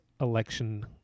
election